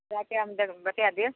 जाके हम बतिआ देब